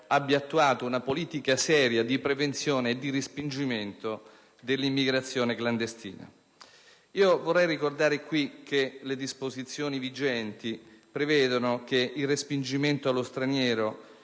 configuri una politica seria di prevenzione e di respingimento dell'immigrazione clandestina. Vorrei ricordare che le disposizioni vigenti prevedono che il respingimento dello straniero